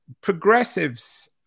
progressives